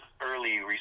early